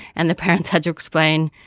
and the parents had to explain,